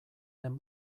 den